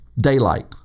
daylight